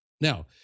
Now